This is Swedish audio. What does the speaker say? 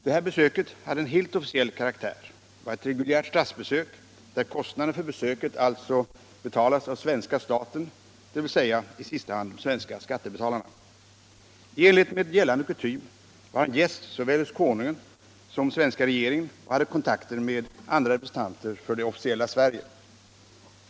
Detta besök hade en helt officiell karaktär; det var ett reguljärt statsbesök, där kostnaderna för besöket alltså betalas av svenska staten, dvs. i sista hand de svenska skattebetalarna. I enlighet med gällande kutym var han gäst hos såväl konungen som svenska regeringen och hade kontakter med andra representanter för det officiella Sverige.